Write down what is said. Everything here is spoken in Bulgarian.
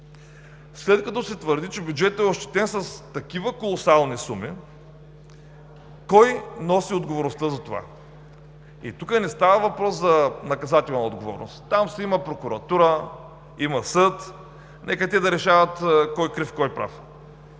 След като се твърди, че бюджетът е ощетен с такива колосални суми, кой носи отговорността за това? Тук не става въпрос за наказателна отговорност – там има прокуратура, има съд, нека те да решават кой крив, кой прав.